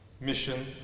mission